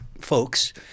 folks